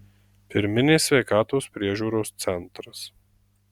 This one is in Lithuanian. pirminės sveikatos priežiūros centras